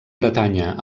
bretanya